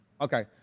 Okay